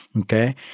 okay